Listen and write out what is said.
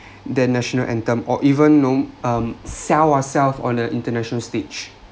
the national anthem or even you know um sell ourself on an international stage